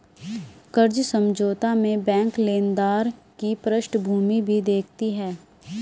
कर्ज समझौता में बैंक लेनदार की पृष्ठभूमि भी देखती है